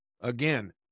Again